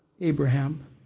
Abraham